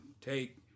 take